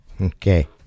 Okay